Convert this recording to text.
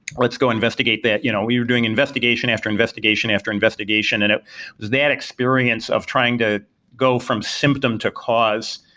let's go investigate that. you know we're doing investigation after investigation after investigation, and it's that experience of trying to go from symptom to cause,